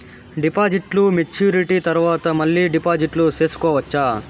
డిపాజిట్లు మెచ్యూరిటీ తర్వాత మళ్ళీ డిపాజిట్లు సేసుకోవచ్చా?